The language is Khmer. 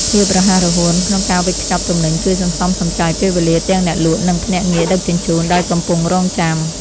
ភាពរហ័សរហួនក្នុងការវេចខ្ចប់ទំនិញជួយសន្សំសំចៃពេលវេលាទាំងអ្នកលក់ និងភ្នាក់ងារដឹកជញ្ជូនដែលកំពុងរង់ចាំ។